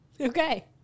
Okay